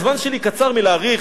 הזמן שלי קצר מלהאריך.